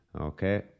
Okay